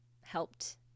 helped